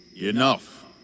Enough